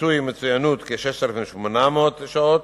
מיצוי מצוינות, כ-6,800 שעות,